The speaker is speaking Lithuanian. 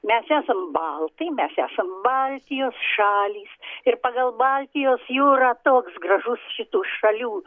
mes esam baltai mes esam baltijos šalys ir pagal baltijos jūrą toks gražus šitų šalių